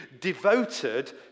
devoted